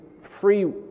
Free